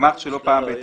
גמ"ח שלא מינה